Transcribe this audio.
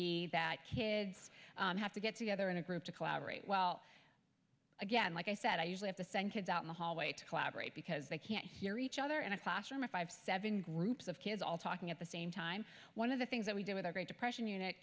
be that kids have to get together in a group to collaborate well again like i said i usually have to send kids out in the hallway to collaborate because they can't hear each other and a classroom of five seven groups of kids all talking at the same time one of the things that we did with our great depression unit